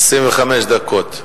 25 דקות.